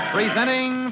Presenting